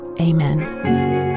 amen